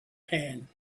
pan